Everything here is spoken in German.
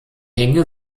hänge